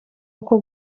uko